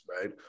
right